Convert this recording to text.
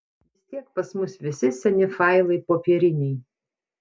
vis tiek pas mus visi seni failai popieriniai